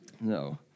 No